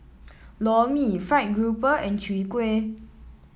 Lor Mee fried grouper and Chwee Kueh